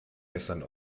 gestern